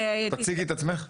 תציגי את עצמך.